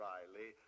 Riley